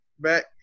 back